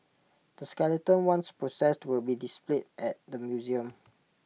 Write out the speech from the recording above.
the skeleton once processed will be displayed at the museum